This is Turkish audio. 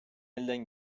elden